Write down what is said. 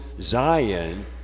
Zion